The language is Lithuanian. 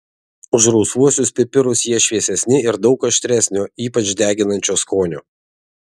už rausvuosius pipirus jie šviesesni ir daug aštresnio ypač deginančio skonio